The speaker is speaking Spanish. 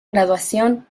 graduación